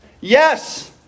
Yes